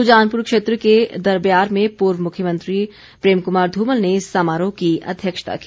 सुजानपुर क्षेत्र के दरब्यार में पूर्व मुख्यमंत्री प्रेम कुमार धूमल ने समारोह की अध्यक्षता की